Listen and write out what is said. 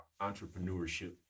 entrepreneurship